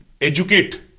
educate